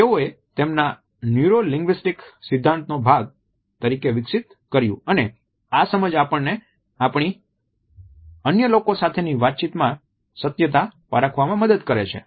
તેઓએ તેમના neuro linguistic સિદ્ધાંતોના ભાગ તરીકે વિકસિત કર્યું અને આ સમજ આપણને આપણી અન્ય લોકો સાથેની વાતચીતમાં સત્યતા પારખવામાં મદદ કરે છે